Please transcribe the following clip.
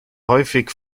häufig